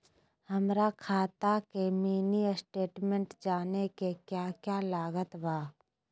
हमरा खाता के मिनी स्टेटमेंट जानने के क्या क्या लागत बा?